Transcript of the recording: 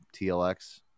TLX